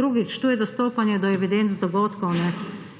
Drugič, to je dostopanje do evidenc dogodkov.